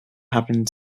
happened